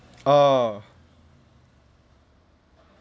oh